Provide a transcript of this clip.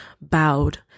bowed